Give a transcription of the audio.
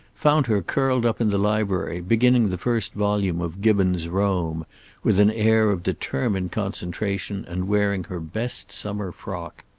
found her curled up in the library, beginning the first volume of gibbon's rome with an air of determined concentration, and wearing her best summer frock.